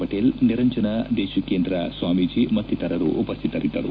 ಪಟೇಲ್ ನಿರಂಜನ ದೇತಿಕೇಂದ್ರ ಸ್ವಾಮೀಜೆ ಮತ್ತಿತರರು ಉಪಸ್ಥಿತರಿದ್ದರು